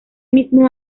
mismo